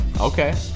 Okay